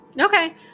Okay